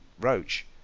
roach